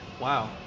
Wow